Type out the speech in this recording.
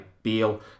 Beal